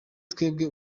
twebwe